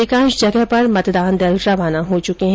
अधिकांश जगह पर मतदान दल रवाना हो चुके हैं